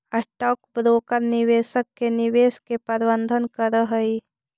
stock broker निवेशक के निवेश के प्रबंधन करऽ हई